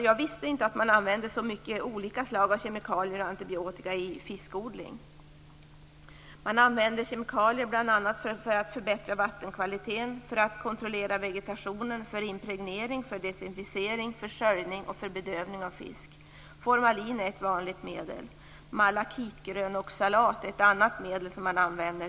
Jag visste inte att man använder så många olika slag av kemikalier och antibiotika i fiskodlingar. Man använder kemikalier bl.a. för att förbättra vattenkvalitet, för att kontrollera vegetationen, för att impregnera, för att desinficera, för att skölja och för att bedöva fisk. Formalin är ett vanligt medel. Malakitgrönoxalat är ett annat medel som man använder.